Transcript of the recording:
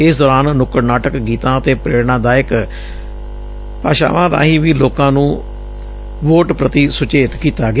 ਇਸ ਦੌਰਾਨ ਨੁਕੜ ਨਾਟਕ ਗੀਤਾਂ ਅਤੇ ਪ੍ਰੇਰਣਾ ਦਾਇਕ ਭਾਸ਼ਣਾਂ ਰਾਹੀਂ ਵੀ ਲੋਕਾਂ ਨੂੰ ਵੋਟ ਪ੍ਤੀ ਸੁਚੇਤ ਕੀਤਾ ਗਿਆ